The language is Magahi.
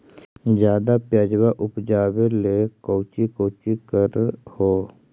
ज्यादा प्यजबा उपजाबे ले कौची कौची कर हो?